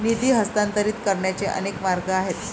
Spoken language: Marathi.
निधी हस्तांतरित करण्याचे अनेक मार्ग आहेत